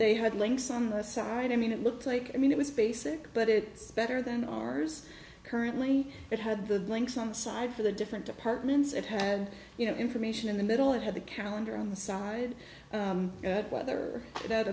they had links on the side i mean it looked like i mean it was basic but it is better than ours currently it had the links on the side for the different departments it had you know information in the middle it had the calendar on the side whether it